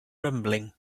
rumbling